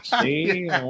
see